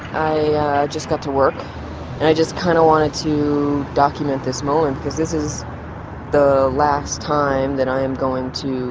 i just got to work and i just kind of wanted to document this moment because this is the last time that i am going to